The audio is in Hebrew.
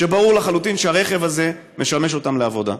שברור לחלוטין שהרכב הזה משמש אותם לעבודה.